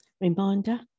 reminder